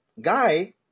guy